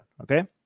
okay